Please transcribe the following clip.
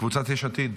קבוצת יש עתיד?